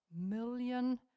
million